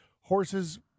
Horses